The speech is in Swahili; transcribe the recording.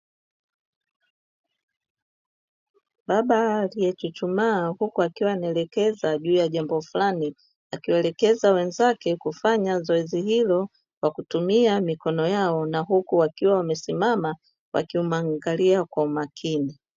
Baba aliechuchumaa huku akiwa anaelekeza juu ya jambo fulani, akiwaelekeza wenzake kufanya zoezi hilo kwa kutumia mikono yao na huku wakiwa wamesimama wakimuangalia kwa umakini.